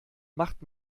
macht